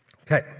Okay